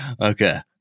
Okay